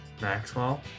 Maxwell